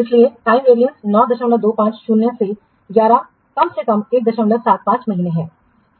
इसलिए time variance 925 शून्य से 11 कम से कम 175 महीने है